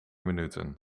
minuten